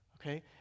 okay